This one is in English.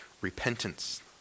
repentance